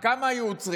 כמה היו עוצרים?